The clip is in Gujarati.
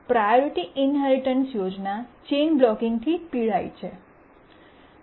કે પ્રાયોરિટી ઇન્હેરિટન્સ યોજના ચેઇન બ્લૉકિંગ થી પીડાય છે